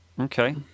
Okay